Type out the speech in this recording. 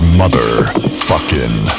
motherfucking